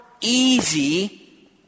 easy